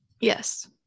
yes